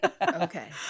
Okay